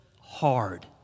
hard